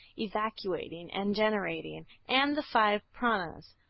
evacuating, and generating, and the five pranas.